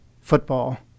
football